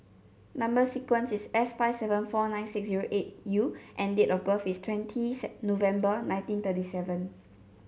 number sequence is S five seven four nine six zero eight U and date of birth is twentieth November nineteen thirty seven